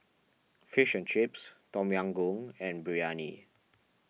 Fish and Chips Tom Yam Goong and Biryani